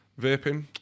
Vaping